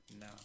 No